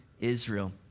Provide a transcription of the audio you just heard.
israel